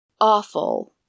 awful